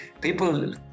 People